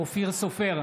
אופיר סופר,